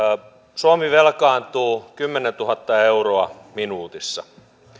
suomi velkaantuu kymmenentuhatta euroa minuutissa